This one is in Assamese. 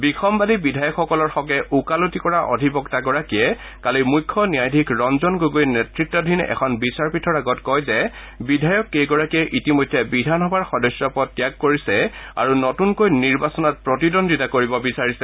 বিসন্বাদী বিধায়কসকলৰ হকে ওকালতি কৰা অধিবক্তাগৰাকীয়ে কালি মুখ্য ন্যায়াধীশ ৰঞ্জন গগৈ নেতৃতাধীন এখন বিচাৰপীঠৰ আগত কয় যে বিধায়ককেইগৰাকীয়ে ইতিমধ্যে বিধানসভাৰ সদস্য পদ ত্যাগ কৰিছে আৰু নতুনকৈ নিৰ্বাচনত প্ৰতিদ্বন্দীতা কৰিব বিচাৰিছে